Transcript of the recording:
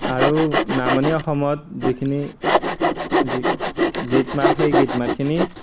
আৰু নামনি অসমত যিখিনি গীত মাত সেই গীত মাতখিনি